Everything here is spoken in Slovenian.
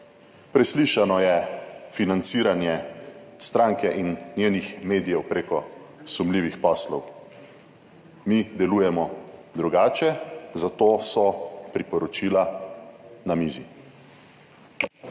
preslišano je financiranje stranke in njenih medijev preko sumljivih poslov. Mi delujemo drugače, zato so priporočila na mizi.